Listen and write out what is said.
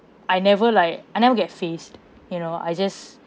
I never like I never get fazed you know I just